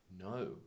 No